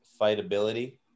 fightability